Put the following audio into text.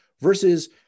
versus